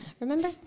remember